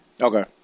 Okay